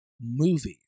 movies